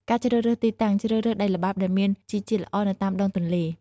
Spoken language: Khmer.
ការជ្រើសរើសទីតាំង ជ្រើសរើសដីល្បាប់ដែលមានជីជាតិល្អនៅតាមដងទន្លេ។